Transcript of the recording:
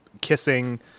kissing